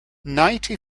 ninety